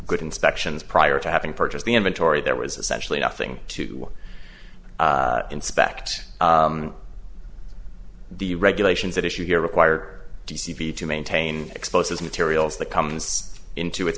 good inspections prior to having purchased the inventory there was essentially nothing to inspect the regulations at issue here require d c b to maintain explosives materials that comes into it